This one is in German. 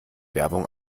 werbung